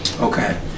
Okay